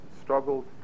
struggled